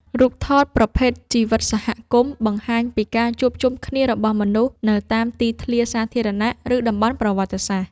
រូបថតប្រភេទជីវិតសហគមន៍ បង្ហាញពីការជួបជុំគ្នារបស់មនុស្សនៅតាមទីធ្លាសាធារណៈ ឬតំបន់ប្រវត្តិសាស្ត្រ។